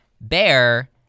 Bear